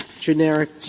generic